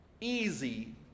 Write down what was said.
easy